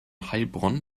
heilbronn